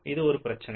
இது ஒரு பிரச்சினை